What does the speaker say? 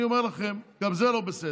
אני אומר לכם, גם זה לא בסדר.